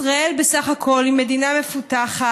ישראל בסך הכול היא מדינה מפותחת,